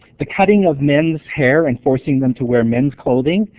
the cutting of men's hair and forcing them to wear men's clothing,